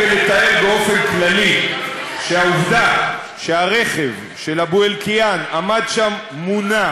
שהוא בעצם מאונס,